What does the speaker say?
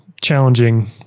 challenging